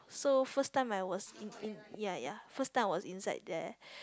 so first time I was in in ya ya first time I was inside there